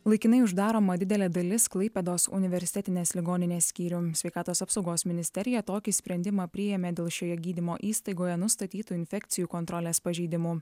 laikinai uždaroma didelė dalis klaipėdos universitetinės ligoninės skyrių sveikatos apsaugos ministerija tokį sprendimą priėmė dėl šioje gydymo įstaigoje nustatytų infekcijų kontrolės pažeidimų